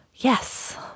Yes